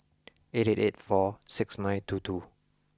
eight eight eight four six nine two two